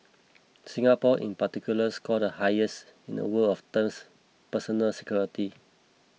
Singapore in particular scored the highest in the world of terms personal security